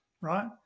right